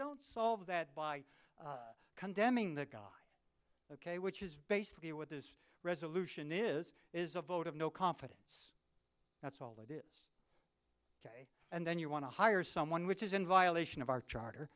don't solve that by condemning the guy ok which is basically what this resolution is is a vote of no confidence that's all that is ok and then you want to hire someone which is in violation of our charter